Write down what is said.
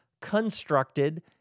constructed